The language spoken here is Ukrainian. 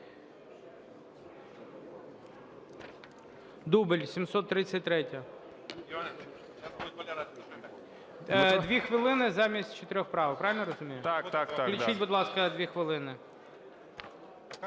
Дубіль, 733-я. Дві хвилини замість чотирьох правок. Правильно я розумію? Включіть, будь ласка, 2 хвилини.